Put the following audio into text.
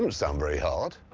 um sound very hard.